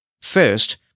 First